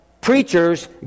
preachers